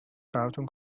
براتون